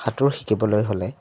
সাঁতোৰ শিকিবলৈ হ'লে